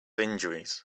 injuries